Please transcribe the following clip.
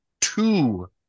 two